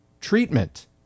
treatment